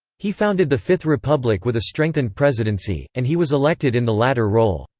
he founded the fifth republic with a strengthened presidency, and he was elected in the latter role.